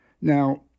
Now